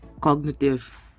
cognitive